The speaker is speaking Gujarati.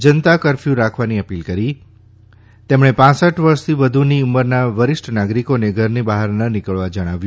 જનતા કફર્યુ રાખવાની અપીલ કરી તેમણે પાંસઠ વર્ષથી વધુની ઉંમરના વરિષ્ઠ નાગરિકોનેને ઘરની બહાર ન નિકળવા જણાવ્યું